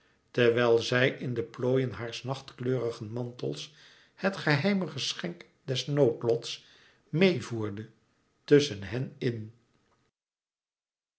terwijl zij in de plooien haars nachtkleurigen mantels het geheime geschenk des noodlots meê voerde tusschen hen in